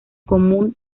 común